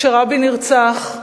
כשרבין נרצח,